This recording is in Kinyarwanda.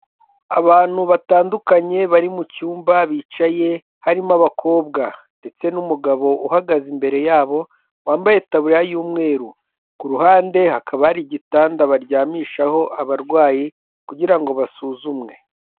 Abantu batandukanye bari mu cyumba bicaye, harimo abakobwa ndetse n'umugabo uhagaze imbere yabo, wambaye itaburiya y'umweru. Ku ruhande hakaba hari igitanda baryamishaho abarwayi , kugira ngo basuzumwe.